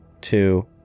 two